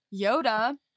Yoda